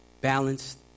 balanced